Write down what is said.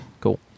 Cool